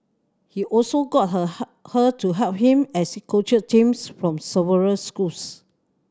he also got her her her to help him as he coached teams from several schools